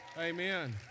Amen